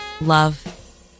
love